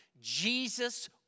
Jesus